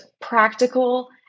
practical